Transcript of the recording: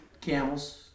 camels